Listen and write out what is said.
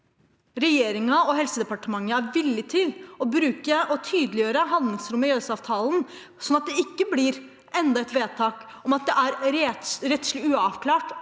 regjeringen og Helse- og omsorgsdepartementet er villig til å bruke og tydeliggjøre handlingsrommet i EØSavtalen, sånn at det ikke blir enda et vedtak om at det er rettslig uavklart